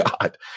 God